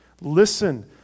Listen